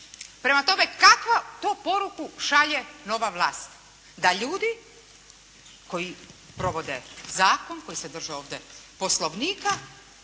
Prema tome, kakvo to poruku šalje nova vlast? Da ljudi koji provode zakon, koji se drže ovdje Poslovnika